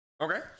Okay